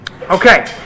Okay